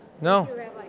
no